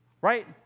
Right